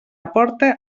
aporte